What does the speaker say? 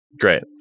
great